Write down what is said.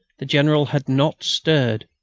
the general had not stirred.